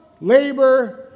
labor